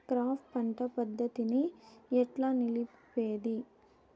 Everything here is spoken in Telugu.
క్రాప్ పంట పద్ధతిని ఎట్లా నిలిపేది?